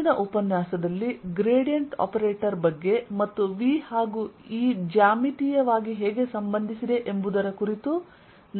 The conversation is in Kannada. ಮುಂದಿನ ಉಪನ್ಯಾಸದಲ್ಲಿ ಗ್ರೇಡಿಯಂಟ್ ಆಪರೇಟರ್ ಬಗ್ಗೆ ಮತ್ತು Vಹಾಗೂ E ಜ್ಯಾಮಿತೀಯವಾಗಿ ಹೇಗೆ ಸಂಬಂಧಿಸಿದೆ ಎಂಬುದರ ಕುರಿತು